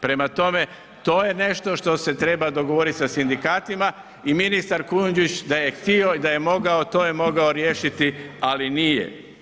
Prema tome, to je nešto što se treba dogovoriti sa sindikatima i ministar Kujundžić da je htio i mogao to je mogao riješiti, ali nije